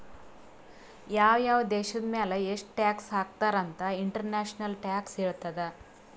ಯಾವ್ ಯಾವ್ ದೇಶದ್ ಮ್ಯಾಲ ಎಷ್ಟ ಟ್ಯಾಕ್ಸ್ ಹಾಕ್ಯಾರ್ ಅಂತ್ ಇಂಟರ್ನ್ಯಾಷನಲ್ ಟ್ಯಾಕ್ಸ್ ಹೇಳ್ತದ್